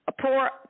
poor